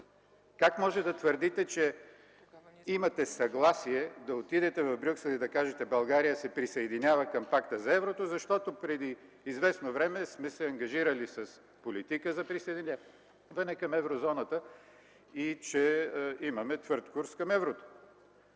Как може да твърдите, че имате съгласие – да отидете в Брюксел и да кажете: „България се присъединява към Пакта за еврото”, защото преди известно време сме се ангажирали с политика за присъединяване към Еврозоната и че имаме твърд курс към еврото?